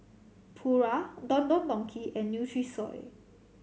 Pura Don Don Donki and Nutrisoy